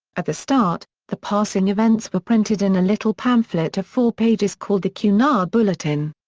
at the start, the passing events were printed in a little pamphlet of four pages called the cunard bulletin.